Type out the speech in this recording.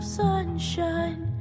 sunshine